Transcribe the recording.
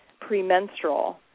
premenstrual